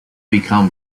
become